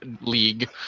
League